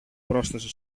πρόσθεσε